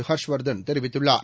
ஹர்ஷ் வர்தன் தெரிவித்துள்ளார்